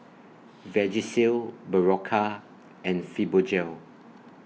Vagisil Berocca and Fibogel